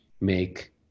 make